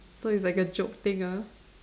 so it's like a joke thing ah